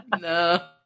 No